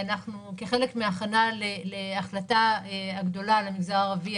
כחלק מההכנה להחלטה הגדולה על המגזר הערבי,